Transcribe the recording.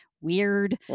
weird